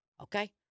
Okay